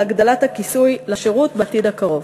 להגדלת הכיסוי לשירות בעתיד הקרוב.